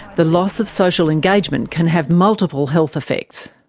the loss of social engagement can have multiple health effects.